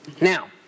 Now